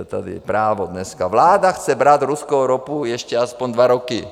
Tady je Právo dneska: Vláda chce brát ruskou ropu ještě aspoň dva roky.